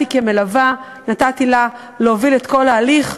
באתי כמלווה ונתתי לה להוביל את כל ההליך.